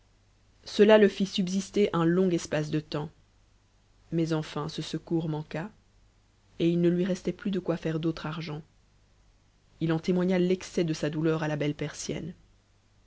cela le fit subsister un long espace de temps mais enfin ce secours manqua et il ne lui restait plus de quoi faire d'autre argent il en témoigna l'excès de sa douleur à la belle persienne